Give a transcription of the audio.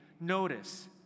notice